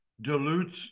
dilutes